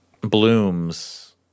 Blooms